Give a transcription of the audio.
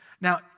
Now